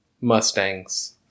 Mustangs